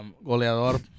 Goleador